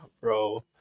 bro